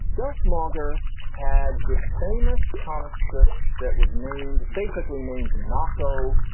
gus mauger had this famous comic strip that was named basically named nocco.